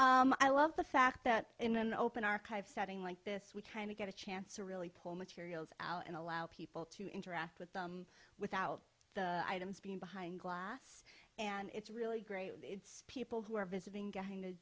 i love the fact that in an open archive setting like this we kind of get a chance to really pull materials out and allow people to interact with them without the items being behind glass and it's really great people who are visiting getting to